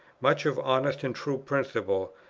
much of honest and true principle,